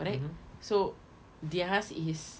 correct so theirs is